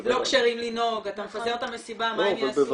לא כשירים לנהוג, אתה מפזר את המסיבה, מה הם יעשו.